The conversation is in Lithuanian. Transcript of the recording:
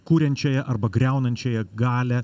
kuriančiąją arba griaunančiąją galią